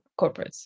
corporates